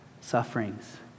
sufferings